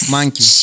Monkey